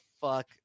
fuck